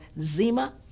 Zima